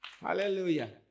Hallelujah